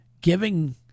giving